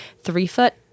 three-foot